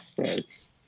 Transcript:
Thanks